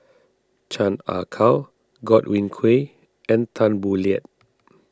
Chan Ah Kow Godwin Koay and Tan Boo Liat